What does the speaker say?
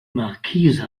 markise